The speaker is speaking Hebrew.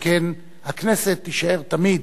שכן הכנסת תישאר תמיד,